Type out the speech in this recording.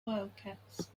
wildcats